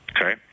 Okay